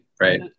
right